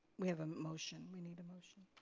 we have a motion. we need a motion.